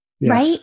right